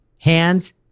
hands